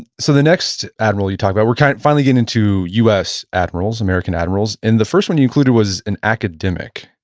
so, the next admiral you talk about, we're kind of finally getting into us admirals, american admirals. and the first one you included was an academic.